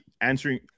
answering